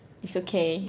it's okay